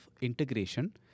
integration